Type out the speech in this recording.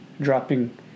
dropping